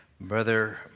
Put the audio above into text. Brother